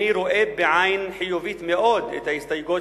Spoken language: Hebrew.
אני רואה בעין חיובית מאוד את ההסתייגויות